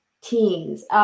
teens